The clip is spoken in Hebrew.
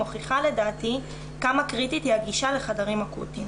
מוכיחה לדעתי כמה קריטית היא הגישה לחדרים אקוטיים.